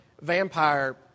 vampire